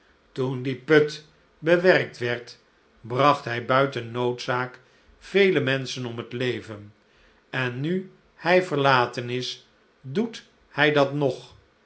toen die put bewerkt werd bracht hij buiten noodzaak vele menschen om het leven en nu hij verlaten is doet hij dat nog